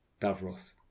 Davros